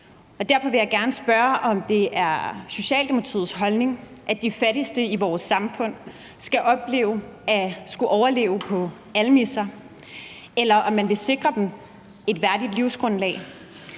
derfor vil jeg gerne spørge, om det er Socialdemokratiets holdning, at de fattigste i vores samfund skal opleve at skulle overleve på almisser, eller om man vil sikre dem et værdigt livsgrundlag.